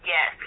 Yes